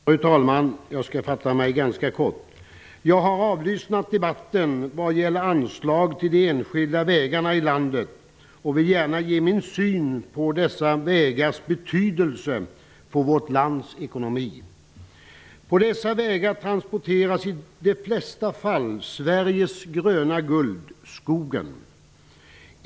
Fru talman! Jag skall fatta mig ganska kort. Jag har avlyssnat debatten vad gäller anslag till de enskilda vägarna i landet och vill gärna ge min syn på dessa vägars betydelse för vårt lands ekonomi. På dessa vägar transporteras i de flesta fall Sveriges gröna guld, skogen.